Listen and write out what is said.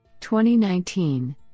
2019